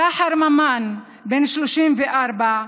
שחר ממן, בן 34,